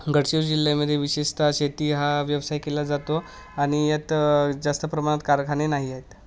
गडचिर जिल्ह्यामध्ये विशेषतः शेती हा व्यवसाय केला जातो आणि यात जास्त प्रमाणात कारखाने नाही आहेत